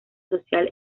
social